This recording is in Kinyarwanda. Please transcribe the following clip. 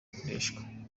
gikoreshwa